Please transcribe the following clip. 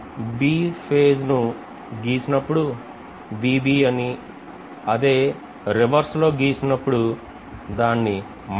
B ఫేస్నుగీసినప్పుడు అని అదే రెవెర్సెలో గీసినప్పుడు దాన్నిఅనిఅనుకుందాం